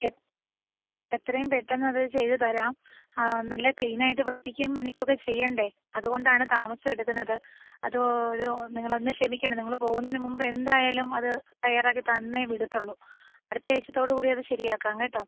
എത്രയും പെട്ടെന്നത് ചെയ്ത് തരാം ആ നല്ല ക്ലീനായിട്ട് വൃത്തിക്കും മെനക്കൊക്കെ ചെയ്യണ്ടേ അതുകൊണ്ടാണ് താമസമെടുക്കുന്നത് അതൊരു നിങ്ങളൊന്ന് ക്ഷമിക്കണം നിങ്ങൾ പോവുന്നതിന് മുൻപ് എന്തായാലും അത് തയ്യാറാക്കി തന്നേ വിടത്തുള്ളൂ അടുത്താഴ്ച്ചത്തോടുകൂടി അത് ശരിയാക്കാം കേട്ടോ